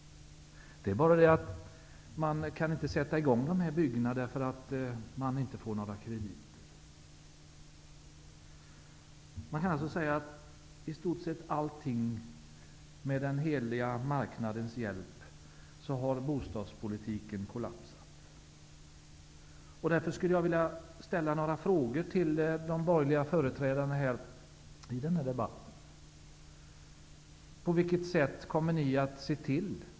Det är bara det att man inte kan sätta i gång byggena, därför att man inte får några krediter. Man kan alltså säga att bostadspolitiken, med den heliga marknadens hjälp, i stort sett har kollapsat. Därför skulle jag vilja ställa några frågor till de borgerliga företrädarna i den här debatten.